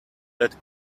that